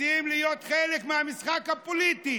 רוצה להיות חלק מהמשחק הפוליטי?